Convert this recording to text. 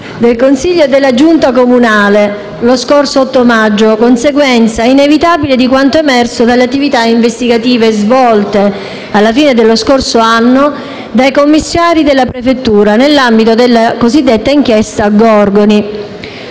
del Consiglio e della Giunta comunale, lo scorso 8 maggio, conseguenza inevitabile di quanto emerso dalle attività investigative svolte, alla fine dello scorso anno, dai commissari della prefettura, nell'ambito della cosiddetta inchiesta Gorgoni.